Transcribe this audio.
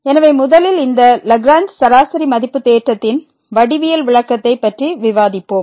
எனவே முதலில் இந்த லாக்ரேஞ்ச் சராசரி மதிப்பு தேற்றத்தின் வடிவியல் விளக்கத்தை ப் பற்றி விவாதிப்போம்